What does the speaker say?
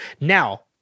Now